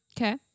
Okay